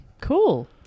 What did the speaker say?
cool